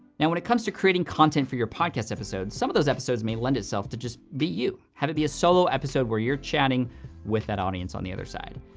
now, when it comes to creating content for your podcast episodes, some of those episodes may lend itself to just be you. have it be a solo episode where you're chatting with that audience on the other side.